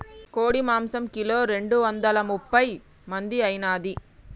కోడి మాంసం కిలో రెండు వందల ముప్పై మంది ఐనాది